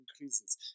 increases